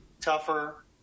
tougher